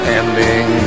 ending